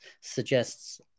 suggests